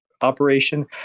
operation